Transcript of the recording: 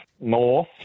north